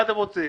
מה אתם רוצים?